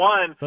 One